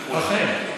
אכן.